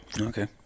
Okay